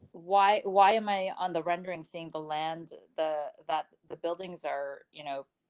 why, why am i on the rendering seeing the land the, that the buildings are, you know.